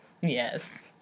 Yes